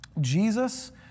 Jesus